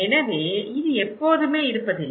எனவே இது எப்போதுமே இருப்பதில்லை